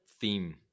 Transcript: theme